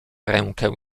rękę